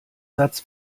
satz